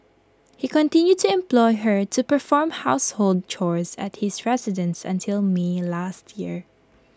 he continued to employ her to perform household chores at his residence until may last year